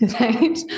right